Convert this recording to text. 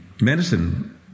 medicine